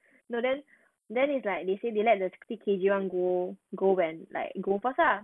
no then then it's like they say they let the sixty K_G [one] go go when like go first lah